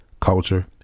culture